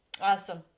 awesome